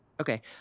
okay